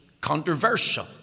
controversial